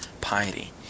piety